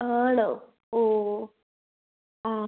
ആണോ ഓ ഓ ആ